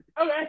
Okay